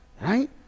right